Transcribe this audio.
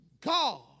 God